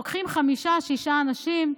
לוקחים חמישה-שישה אנשים,